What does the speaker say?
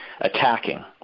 attacking